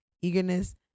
eagerness